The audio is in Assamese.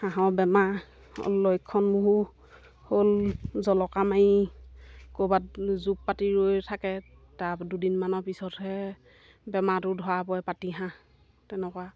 হাঁহৰ বেমাৰ লক্ষণসমূহ হ'ল জলকামাৰি ক'ৰবাত জোপ পাতি ৰৈ থাকে তাৰ দুদিনমানৰ পিছতহে বেমাৰটো ধৰা পৰে পাতিহাঁহ তেনেকুৱা